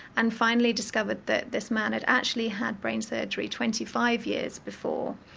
and finally discovered that this man had actually had brain surgery twenty five years before.